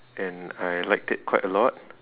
and I liked it quite a lot